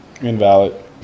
Invalid